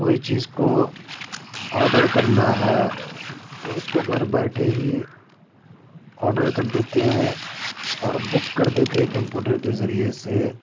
کوئی چیز کو آرڈر کرنا ہے تو اس کو گھر بیٹھے ہی آرڈر کر دیتے ہیں اور بک کر دیتے ہیں کمپوٹر کے ذریعے سے